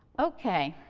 okay,